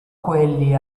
quelli